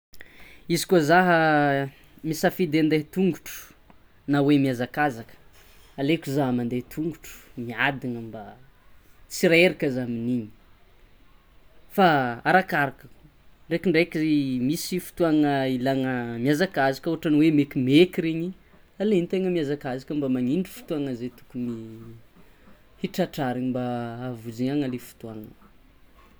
Izy koa zah misafidy ande tongotro na hoe miazakazaka aleko zah mande tongotro miadana mba tsy reraka zany igny, fa arakaraka ndrekindreky misy fotoagna ilagna miazakazaka ohatry hoe mekimeky regny alentegna miazakazaka mba manindry fotoagna ze tokony hitratrariny mba havonjeana le fotoana.